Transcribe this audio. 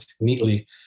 neatly